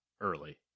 early